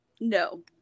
No